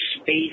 Space